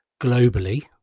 globally